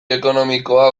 ekonomikoa